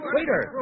Waiter